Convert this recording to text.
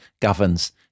governs